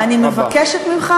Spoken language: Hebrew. אני מבקשת ממך,